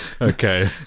Okay